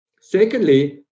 Secondly